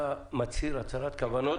אתה מצהיר הצהרת כוונות